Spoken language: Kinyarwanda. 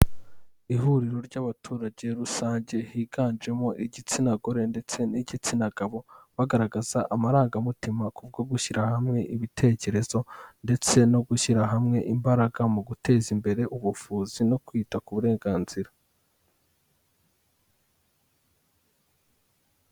Ihuriro ry'abaturage rusange higanjemo igitsina gore ndetse n'igitsina gabo bagaragaza amarangamutima kubwo gushyira hamwe ibitekerezo ndetse no gushyira hamwe imbaraga mu guteza imbere ubuvuzi no kwita ku burenganzira.